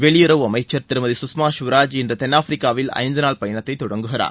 வெளியுறவு அமைச்சர் திருமதி சுஷ்மா சுவராஜ் இன்று தென் ஆப்ரிக்காவில் ஐந்து நாள் பயனத்தை தொடங்குகிறார்